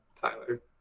Tyler